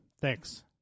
Thanks